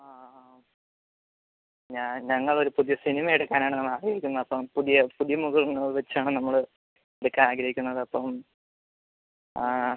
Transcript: ആ ഞാൻ ഞങ്ങൾ ഒരു പുതിയ സിനിമ എടുക്കാനാണ് ഞങ്ങൾ ആഗ്രഹിക്കുന്നത് അപ്പം പുതിയ പുതിയ മുഖങ്ങളെ വച്ചാണ് നമ്മൾ എടുക്കാൻ ആഗ്രഹിക്കുന്നത് അപ്പം